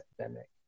epidemic